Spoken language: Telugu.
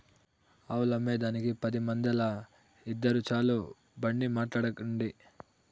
ఆవులమ్మేదానికి పది మందేల, ఇద్దురు చాలు బండి మాట్లాడండి